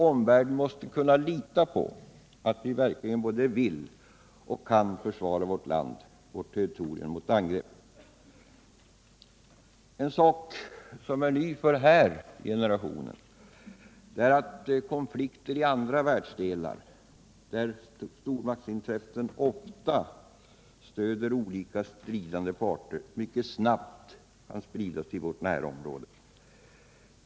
Omvärlden måste kunna lita på att vi verkligen både vill och kan försvara vårt land, vårt territorium, mot angrepp. En sak som är ny för denna generation är att konflikter i andra världsdelar, där stormakterna ofta stöder olika stridande parter, mycket snabbt kan spridas till vårt närområde.